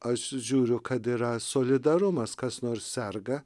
aš žiūriu kad yra solidarumas kas nors serga